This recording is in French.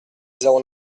zéro